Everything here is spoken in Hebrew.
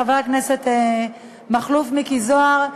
חבר הכנסת מכלוף מיקי זוהר,